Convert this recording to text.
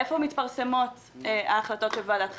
איפה מתפרסמות ההחלטות של ועדת חריגים,